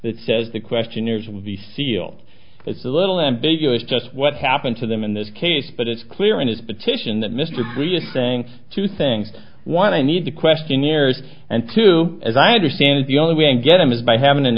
that says the questionnaires will be sealed it's a little ambiguous just what happened to them in this case but it's clear in his petition that mr b is saying two things want to need to questionnaires and to as i understand it the only way you get them is by having an